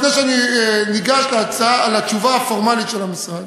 לפני שאני ניגש לתשובה הפורמלית של המשרד,